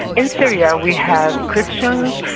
in syria we have christians,